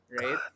right